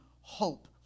hope